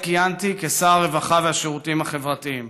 שכיהנתי כשר הרווחה והשירותים החברתיים.